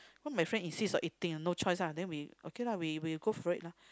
cause my friend insist on eating no choice ah then we okay lah we we go for it lah